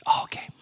Okay